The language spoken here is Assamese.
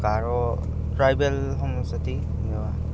গাৰো ট্ৰাইবেল